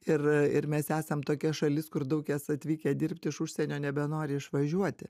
ir ir mes esam tokia šalis kur daug jas atvykę dirbt iš užsienio nebenori išvažiuoti